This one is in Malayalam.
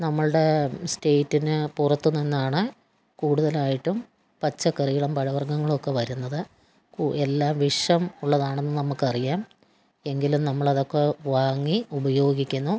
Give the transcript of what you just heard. നമ്മളുടെ സ്റ്റേറ്റിന് പുറത്തുനിന്നാണ് കൂടുതലായിട്ടും പച്ചക്കറികളും പഴവർഗങ്ങളൊക്കെ വരുന്നത് എല്ലാം വിഷം ഉള്ളതാണെന്ന് നമ്മൾക്കറിയാം എങ്കിലും നമ്മളതൊക്ക വാങ്ങി ഉപയോഗിക്കുന്നു